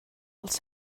als